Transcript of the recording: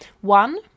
One